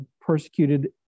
persecuted